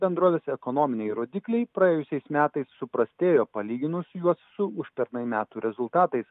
bendrovės ekonominiai rodikliai praėjusiais metais suprastėjo palyginus juos su užpernai metų rezultatais